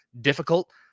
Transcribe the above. difficult